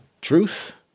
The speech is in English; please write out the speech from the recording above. truth